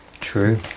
True